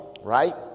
right